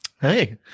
Hey